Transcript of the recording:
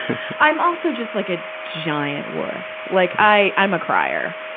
i'm also just like a giant wuss. like, i, i'm a crier.